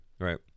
right